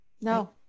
No